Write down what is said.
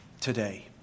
today